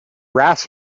ras